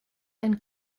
and